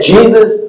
Jesus